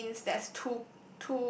that means there's two